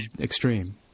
extreme